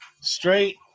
Straight